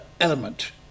element